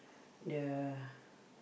the